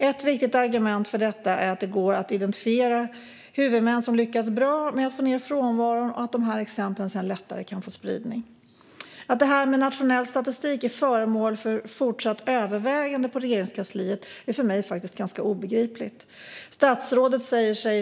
Ett viktigt argument för detta är att det går att identifiera huvudmän som lyckas bra med att få ned frånvaron och att dessa exempel sedan lättare kan få spridning. Att nationell statistik är föremål för fortsatt övervägande på Regeringskansliet är faktiskt obegripligt för mig.